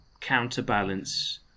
counterbalance